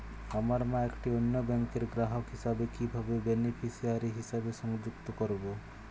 আমার মা একটি অন্য ব্যাংকের গ্রাহক হিসেবে কীভাবে বেনিফিসিয়ারি হিসেবে সংযুক্ত করব?